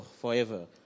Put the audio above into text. forever